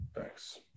Thanks